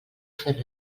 fer